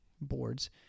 boards